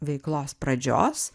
veiklos pradžios